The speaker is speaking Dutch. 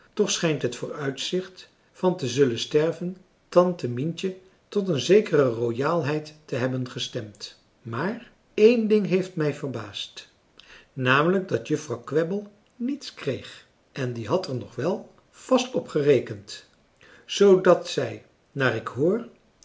toch schijnt het vooruitzicht van te zullen sterven tante mientje tot een zekere royaalheid te hebben gestemd maar één ding heeft mij verbaasd namelijk dat juffrouw kwebbel niets kreeg en die had er nog wel vast op gerekend zoodat zij naar ik hoor